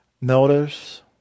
notice